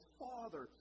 father